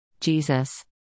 Jesus